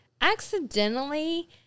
accidentally